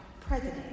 president